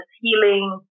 healing